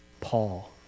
Paul